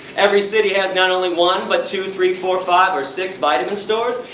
every city has not only one, but two, three, four, five or six vitamin stores?